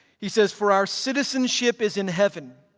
he says, for our citizenship is in heaven,